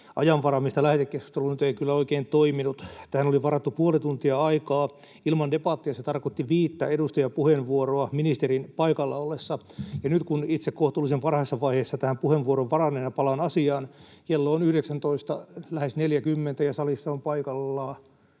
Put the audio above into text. ajan varaamisesta lähetekeskusteluun nyt ei kyllä oikein toiminut. Tähän oli varattu puoli tuntia aikaa. Ilman debattia se tarkoitti viittä edustajapuheenvuoroa ministerin paikalla ollessa, ja nyt, kun itse kohtuullisen varhaisessa vaiheessa tähän puheenvuoron varanneena palaan asiaan, kello on lähes 19.40 ja salissa on paikalla